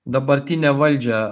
dabartinę valdžią